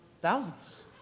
thousands